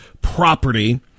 property